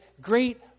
great